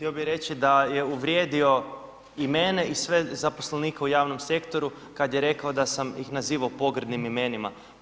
Htio bih reći da je uvrijedio i mene i sve zaposlenike u javnom sektoru kada je rekao da sam ih nazivao pogrdnim imenima.